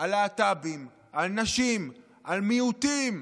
על להט"בים, על נשים, על מיעוטים,